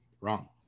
Wrong